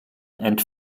and